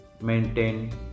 Maintain